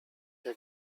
jak